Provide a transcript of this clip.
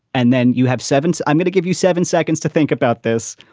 and then you have seventy. i'm going to give you seven seconds to think about this.